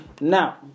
Now